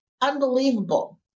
unbelievable